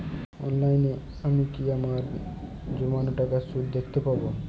অনলাইনে আমি কি আমার জমানো টাকার সুদ দেখতে পবো?